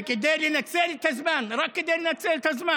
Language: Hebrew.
וכדי לנצל את הזמן, רק כדי לנצל את הזמן,